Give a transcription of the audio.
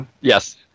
Yes